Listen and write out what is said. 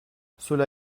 cela